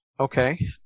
Okay